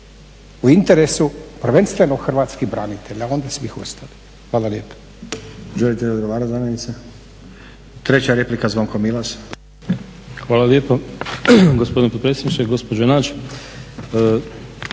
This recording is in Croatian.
u interesu prvenstveno Hrvatskih branitelja, onda svih ostalih. Hvala lijepa.